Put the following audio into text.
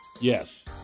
Yes